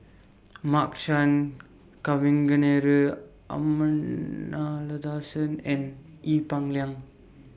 Mark Chan Kavignareru Amallathasan and Ee Peng Liang